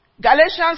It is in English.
Galatians